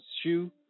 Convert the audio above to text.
shoe